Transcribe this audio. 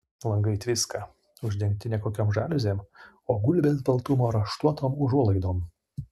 langai tviska uždengti ne kokiom žaliuzėm o gulbės baltumo raštuotom užuolaidom